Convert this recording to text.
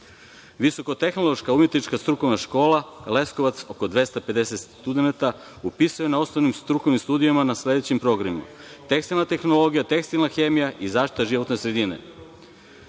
Visoko tehnološka umetnička strukovna škola Leskovac, oko 250 studenata upisuje na osnovnim strukovnim studijama na sledećim programima: tekstilna tehnologija, tekstilna hemija i zaštita životne sredine. Napred